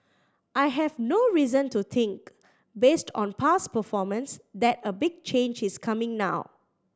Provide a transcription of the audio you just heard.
I have no reason to think based on past performance that a big change is coming now